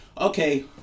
okay